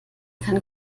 kann